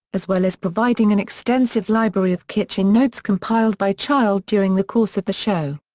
as well as providing an extensive library of kitchen notes compiled by child during the course of the show.